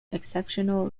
exceptional